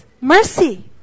mercy